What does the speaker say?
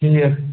ٹھیٖک